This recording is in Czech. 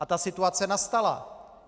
A ta situace nastala.